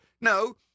No